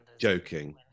joking